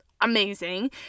amazing